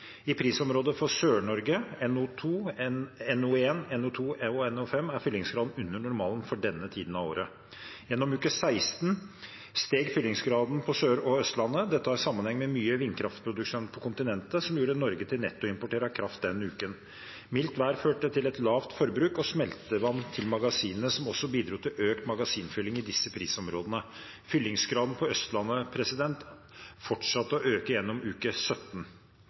I prisområdet for Sør-Norge – NO1, NO2, NO5 – er fyllingsgraden under normalen for denne tiden av året. Gjennom uke 16 steg fyllingsgraden på Sør- og Østlandet. Dette har sammenheng med mye vindkraftproduksjon på kontinentet, som gjorde Norge til nettoimportør av kraft den uken. Mildt vær førte til et lavt forbruk og smeltevann til magasinene, som også bidro til økt magasinfylling i disse prisområdene. Fyllingsgraden på Østlandet fortsatte å øke gjennom